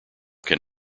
can